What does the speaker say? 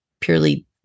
purely